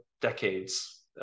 decades